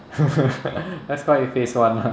let's call it phase one lah